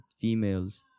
females